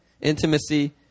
Intimacy